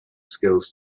skills